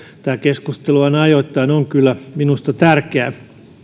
tämä keskusteluhan ajoittain on kyllä minusta tärkeä